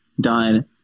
done